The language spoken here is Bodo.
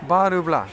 बारोब्ला